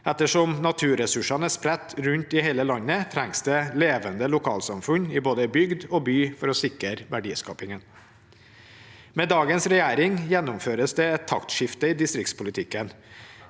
Ettersom naturressursene er spredt rundt i hele landet, trengs det levende lokalsamfunn i både bygd og by for å sikre verdiskapingen. Med dagens regjering gjennomføres det et taktskifte i distriktspolitikken.